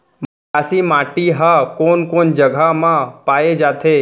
मटासी माटी हा कोन कोन जगह मा पाये जाथे?